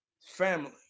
family